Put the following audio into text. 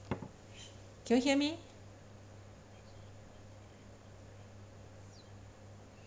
can you hear me